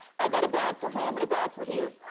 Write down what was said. i got a bad for home and a bag for here.